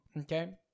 okay